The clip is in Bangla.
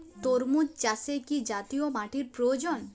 তরমুজ চাষে কি জাতীয় মাটির প্রয়োজন?